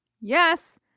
yes